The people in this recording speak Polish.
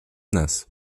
nas